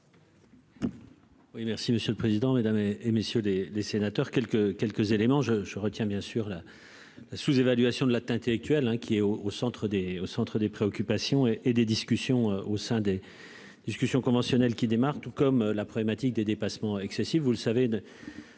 monsieur le président, Mesdames et messieurs des des sénateurs quelques quelques éléments je je retiens bien sûr la sous-évaluation de la tu intellectuel qui est au au centre des au centre des préoccupations et et des discussions au sein des discussions conventionnelles qui démarre tout comme la problématique des dépassements excessifs,